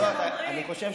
אתם קוראים לנו "טרוריסטים".